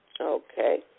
Okay